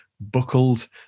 buckled